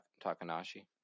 Takanashi